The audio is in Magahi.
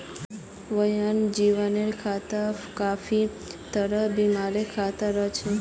वन्यजीवेर खेतत काफी तरहर बीमारिर खतरा रह छेक